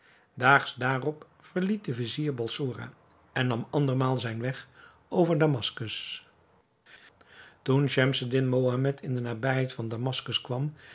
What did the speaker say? daags daarop verliet de vizier balsora en nam andermaal zijn weg over damaskus toen schemseddin mohammed in de nabijheid van damaskus kwam